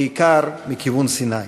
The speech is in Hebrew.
בעיקר מכיוון סיני.